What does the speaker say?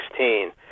2016